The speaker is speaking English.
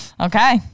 Okay